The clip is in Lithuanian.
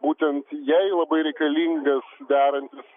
būtent jai labai reikalingas derantis